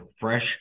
fresh